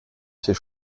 ses